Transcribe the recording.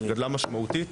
גדלה משמעותית.